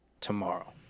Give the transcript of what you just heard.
tomorrow